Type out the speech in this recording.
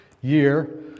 year